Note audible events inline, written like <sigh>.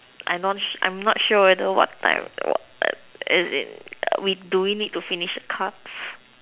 I non I'm not sure what time what <noise> as in we do we need to finish the cards